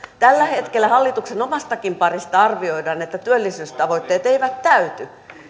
tällä hetkellä hallituksen omastakin parista arvioidaan että työllisyystavoitteet eivät täyty